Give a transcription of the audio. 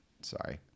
sorry